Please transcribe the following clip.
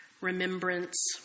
remembrance